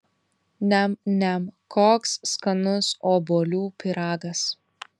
niam niam koks skanus obuolių pyragas